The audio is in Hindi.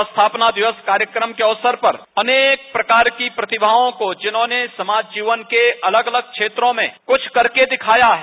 इस स्थापना दिवस कार्यक्रम के अवसर पर अनेक प्रकार की प्रतिभायों को जिन्होंने समाज जीवन के अलग अलग क्षेत्रों में कुछ करके दिखाया है